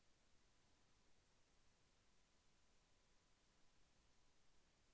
Fixed deposit online ఖాతా తెరువవచ్చా?